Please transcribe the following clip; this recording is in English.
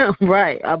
right